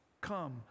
come